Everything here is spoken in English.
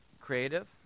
creative